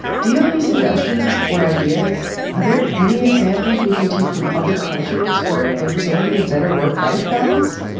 do you have any suggestions or ideas? are there any examples we can take from other cultures where there was already a better work life balance?